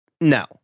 no